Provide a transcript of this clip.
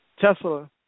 Tesla